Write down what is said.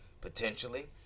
potentially